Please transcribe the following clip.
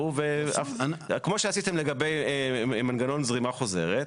ותעשו כמו שעשיתם לגבי מנגנון זרימה חוזרת,